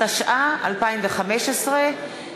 התשע"ה 2015,